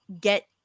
get